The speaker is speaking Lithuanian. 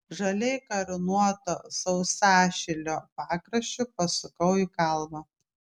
žaliai karūnuoto sausašilio pakraščiu pasukau į kalvą